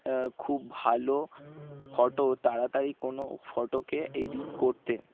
খুব ভালো ফটো তাড়াতাড়ি কোনো ফটোকে এডিট করতে